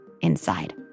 inside